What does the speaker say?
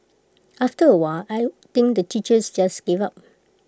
after A while I think the teachers just gave up